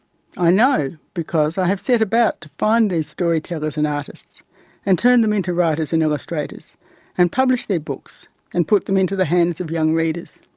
i know, because i have set about to find these storytellers and artists and turn them into writers and illustrators and publish their books and put them into the hands of young readers.